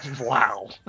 Wow